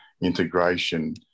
integration